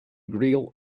grille